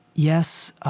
yes,